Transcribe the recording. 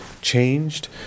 changed